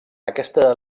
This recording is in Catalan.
aquesta